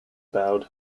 bowed